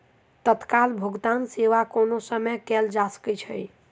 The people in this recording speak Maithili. तत्काल भुगतान सेवा कोनो समय कयल जा सकै छै